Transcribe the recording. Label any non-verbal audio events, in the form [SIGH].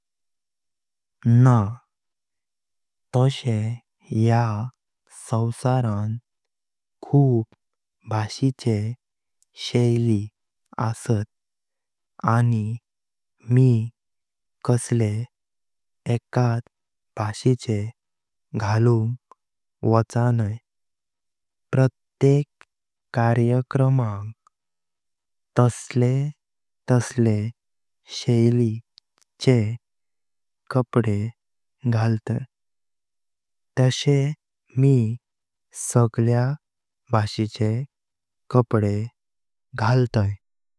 ना, तशे ह्या सवारां खूप बाशिचे शैली असत आनी मी कसले एकत भाषीचे घालूंग वचनाइ पत्रेक कार्यक्रमांग तशे तशे [UNINTELLIGIBLE] शैली चे कपडे घालतै तशे मी सगल्या भाषीचे कपडे घालतै।